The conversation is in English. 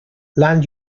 land